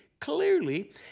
Clearly